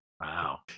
Wow